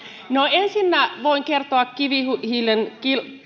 ensinnä voin kertoa kivihiilen